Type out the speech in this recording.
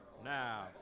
Now